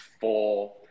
four